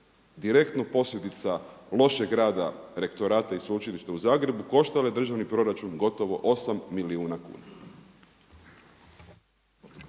direktno posljedica lošeg rada Rektorata i Sveučilišta u Zagrebu koštalo je državni proračun gotovo 8 milijuna kuna.